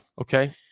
Okay